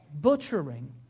butchering